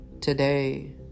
today